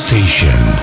Station